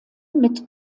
mit